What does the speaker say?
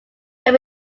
can